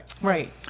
Right